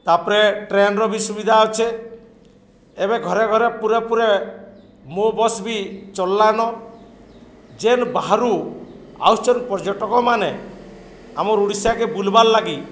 ତାପରେ ଟ୍ରେନ୍ର ବି ସୁବିଧା ଅଛେ ଏବେ ଘରେ ଘରେ ପୂରେ ପୁରେ ମୋ ବସ୍ ବି ଚଲିଲାନ ଯେନ୍ ବାହାରୁ ଆଉଛନ୍ ପର୍ଯ୍ୟଟକମାନେ ଆମର ଓଡ଼ିଶାକେ ବୁଲବାର୍ ଲାଗି